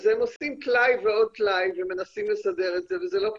אז הם עושים טלאי ועוד טלאי ומנסים לסדר את זה וזה לא פשוט.